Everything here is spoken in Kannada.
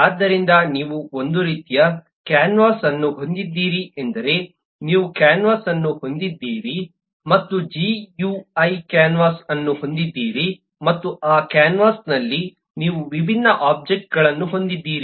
ಆದ್ದರಿಂದ ನೀವು ಒಂದು ರೀತಿಯ ಕ್ಯಾನ್ವಾಸ್ ಅನ್ನು ಹೊಂದಿದ್ದೀರಿ ಎಂದರೆ ನೀವು ಕ್ಯಾನ್ವಾಸ್ ಅನ್ನು ಹೊಂದಿದ್ದೀರಿ ಮತ್ತು ಜಿಯುಐ ಕ್ಯಾನ್ವಾಸ್ ಅನ್ನು ಹೊಂದಿದ್ದೀರಿ ಮತ್ತು ಆ ಕ್ಯಾನ್ವಾಸ್ನಲ್ಲಿ ನೀವು ವಿಭಿನ್ನ ಒಬ್ಜೆಕ್ಟ್ಗಳನ್ನು ಹೊಂದಿದ್ದೀರಿ